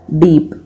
deep